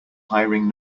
hiring